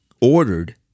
ordered